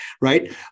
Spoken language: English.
right